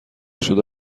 شده